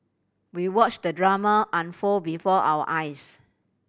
we watched the drama unfold before our eyes